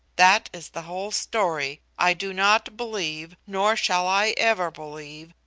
that is the whole story. i do not believe, nor shall i ever believe,